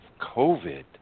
COVID